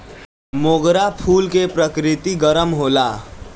मोगरा फूल के प्रकृति गरम होला